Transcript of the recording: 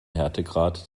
härtegrad